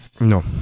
No